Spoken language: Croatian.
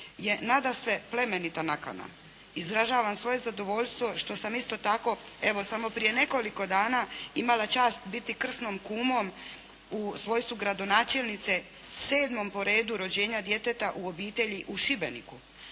je nadasve plemenita nakana. Izražavam svoje zadovoljstvo što sam, isto tako, evo samo prije nekoliko dana, imala čast biti krsnom kumom, u svojstvu gradonačelnice, sedmom po redu rođenja djeteta u obitelji u Šibeniku.